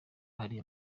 hari